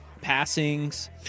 passings